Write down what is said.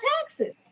taxes